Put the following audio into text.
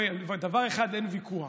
על דבר אחד אין ויכוח,